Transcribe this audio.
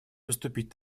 поступить